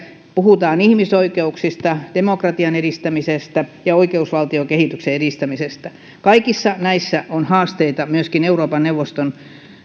puhutaan ihmisoikeuksista demokratian edistämisestä ja oikeusvaltiokehityksen edistämisestä kaikissa näissä on haasteita myöskin euroopan neuvoston